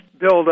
Build